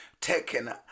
taken